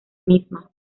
misma